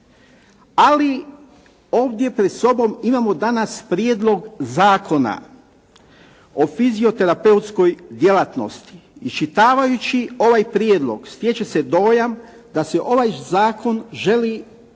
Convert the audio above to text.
Ali ovdje pred sobom imamo danas Prijedlog zakona o fizioterapeutskoj djelatnosti. Iščitavajući ovaj prijedlog stječe se dojam da se ovaj zakon želi,